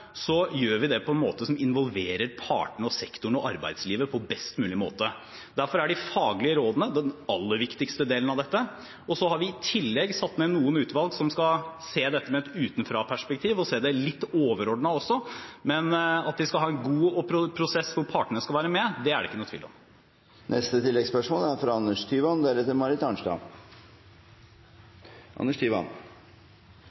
gjør vi det på en måte som involverer partene, sektoren og arbeidslivet på best mulig måte. Derfor er de faglige rådene den aller viktigste delen av dette. Så har vi i tillegg satt ned noen utvalg som skal se dette med et utenfraperspektiv, og se det litt overordnet også, men at vi skal ha en god prosess hvor partene skal være med, er det ikke noen tvil om.